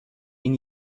این